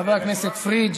חבר הכנסת פריג',